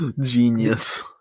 Genius